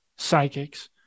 psychics